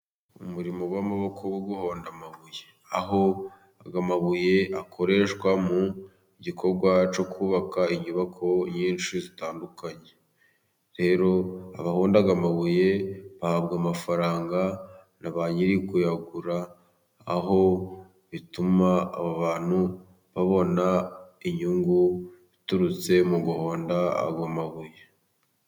Umurimo w'amaboko wo guhonda amabuye, aho amabuye akoreshwa mu gikorwa cyo kubaka inyubako nyinshi zitandukanye. Rero abahonda amabuye bahabwa amafaranga na ba nyiri kuyagura, aho bituma aba abantu babona inyungu iturutse mu guhonda ayo mabuye.